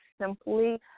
simply –